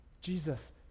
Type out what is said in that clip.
Jesus